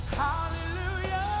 hallelujah